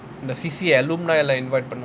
the C_C alumni lah involved